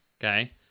okay